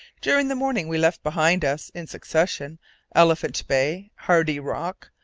during the morning we left behind us in succession elephant bay, hardy rock,